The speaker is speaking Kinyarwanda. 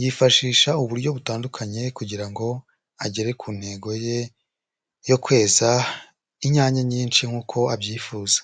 yifashisha uburyo butandukanye kugira ngo agere ku ntego ye yo kweza inyanya nyinshi nk'uko abyifuza.